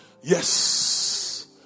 Yes